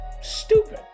stupid